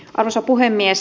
arvoisa puhemies